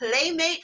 playmate